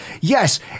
yes